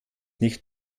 nicht